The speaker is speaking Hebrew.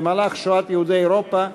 במהלך שואת יהודי אירופה,